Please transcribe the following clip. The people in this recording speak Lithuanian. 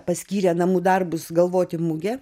paskyrė namų darbus galvoti mugę